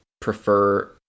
prefer